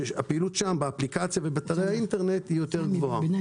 שבה הפעילות באפליקציה ובאתרי האינטרנט היא גבוהה יותר.